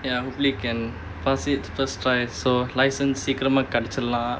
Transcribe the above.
ya hopefully can pass it first try so license சீக்கிரம் கிடைச்சிடலாம்:seekiram kidaichidalaam